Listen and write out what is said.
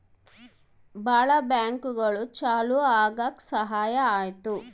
ಭಾಳ ಬ್ಯಾಂಕ್ಗಳು ಚಾಲೂ ಆಗಕ್ ಸಹಾಯ ಆಯ್ತು